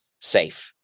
safe